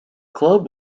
club